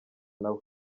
nawe